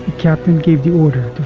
captain gave the order to